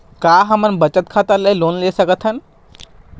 का हमन बचत खाता ले लोन सकथन?